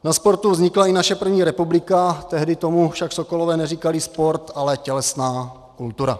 Na sportu vznikla i naše první republika, tehdy tomu však sokolové neříkali sport, ale tělesná kultura.